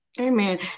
Amen